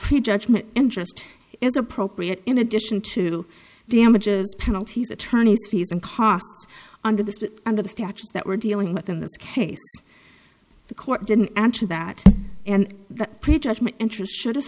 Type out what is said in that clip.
prejudgment interest is appropriate in addition to damages penalties attorneys fees and costs under this under the statutes that we're dealing with in this case the court didn't answer that and the pre judgment interest should